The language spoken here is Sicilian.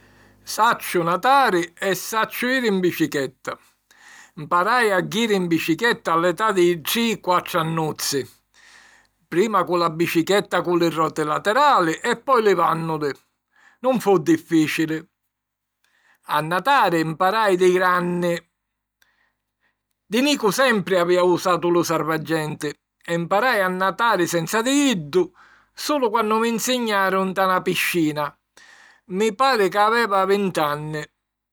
Sacciu natari e sacciu jiri 'n bicichetta. Mparai a jiri 'n bicichetta a l'età di tri - quattru annuzzi. Prima cu la bicichetta cu li roti laterali e poi livànnuli. Nun fu dìfficili. A natari mparai di granni. Di nicu sempri avìa usatu lu sarvagenti e mparai a natari senza di iddu sulu quannu mi nsignaru nta na piscina; mi pari ca aveva vintanni.